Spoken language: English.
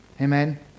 Amen